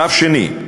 שלב שני,